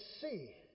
see